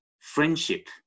friendship